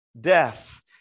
Death